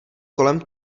kolem